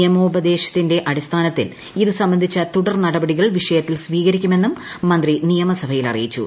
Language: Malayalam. നിയമോപദേശത്തിന്റെ അടിസ്ഥാനത്തിൽ ഇതു സംബന്ധിച്ച തുടർ നടപടികൾ വിഷയത്തിൽ സ്വീകരിക്കുമെന്നും മന്ത്രി അറിയിച്ചു